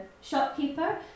shopkeeper